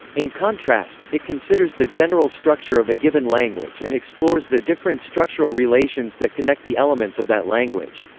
in contrast, it considers the general structure of a given language and explores the different structural relations that connect the elements of that language.